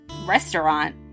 restaurant